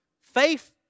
faith